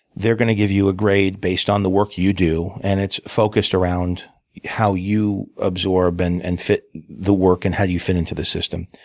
they're gonna give you a grade based on the work you you do. and it's focused around how you absorb and and fit the work, and how you fit into the system.